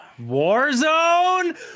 Warzone